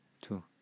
two